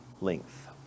length